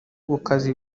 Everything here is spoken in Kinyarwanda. gukaza